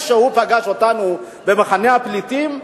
פגש אותנו במחנה הפליטים בסודן,